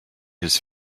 his